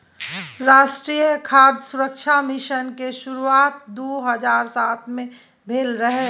राष्ट्रीय खाद्य सुरक्षा मिशन के शुरुआत दू हजार सात मे भेल रहै